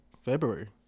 February